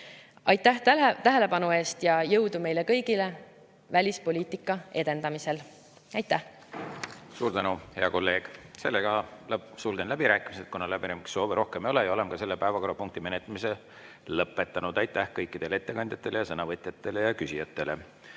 Aitäh tähelepanu eest ja jõudu meile kõigile välispoliitika edendamisel! Aitäh! Suur tänu, hea kolleeg! Sulgen läbirääkimised, kuna läbirääkimissoove rohkem ei ole. Oleme selle päevakorrapunkti menetlemise lõpetanud. Aitäh kõikidele ettekandjatele, sõnavõtjatele ja küsijatele!